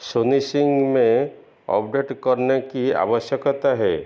सुनिशिंग करने में अबडेट करने की आवश्यकता है